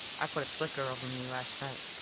i put a slicker over me last nite.